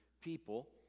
people